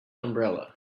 umbrella